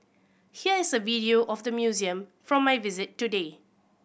here is a video of the museum from my visit today